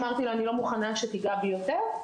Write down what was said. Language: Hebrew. ואמרתי לו: אני לא מוכנה שתיגע בי יותר,